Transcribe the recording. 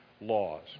laws